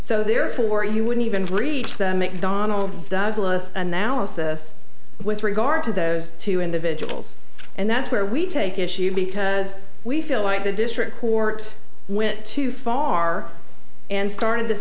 so therefore you wouldn't even reach them mcdonnell douglas analysis with regard to those two individuals and that's where we take issue because we feel like the district court went too far and started this